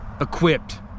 equipped